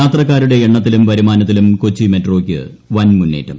യാത്രക്കാരുടെ എണ്ണത്തിലും വൃരുമ്യാനത്തിലും കൊച്ചി മെട്രോയ്ക്ക് വൻമുന്നേറ്റും